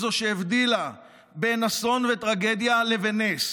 היא זו שהבדילה בין אסון וטרגדיה לבין נס,